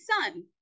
son